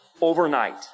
overnight